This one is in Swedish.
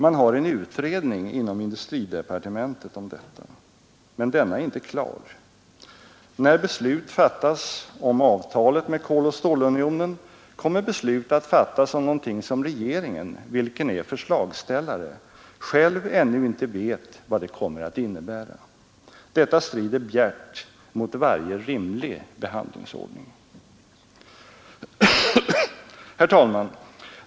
Man har en utredning inom industridepartementet om detta. Men denna är inte klar. När beslut fattas om avtalet med Koloch stålunionen kommer beslut att fattas om någonting som regeringen, vilken är förslagsställare, själv ännu inte vet vad det kommer att innebära. Detta strider bjärt mot varje rimlig behandlingsordning. Herr talman!